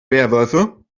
werwölfe